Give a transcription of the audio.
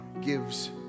gives